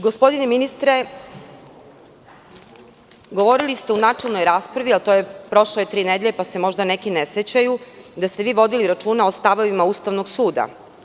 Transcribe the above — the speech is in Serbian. Gospodine ministre, govorili ste u načelnoj raspravi, prošlo je tri nedelje pa se možda neki ne sećaju, da ste vodili računa o stavovima Ustavnog suda.